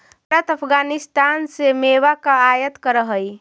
भारत अफगानिस्तान से मेवा का आयात करअ हई